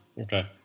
Okay